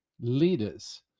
leaders